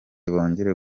bongera